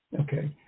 Okay